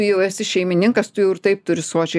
jau esi šeimininkas tu jau ir taip turi sočiai